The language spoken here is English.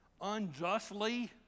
unjustly